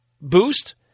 boost